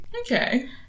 Okay